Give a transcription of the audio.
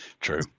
True